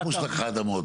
מה פירוש לקחה אדמות?